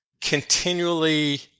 continually